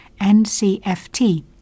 NCFT